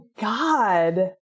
God